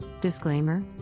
Disclaimer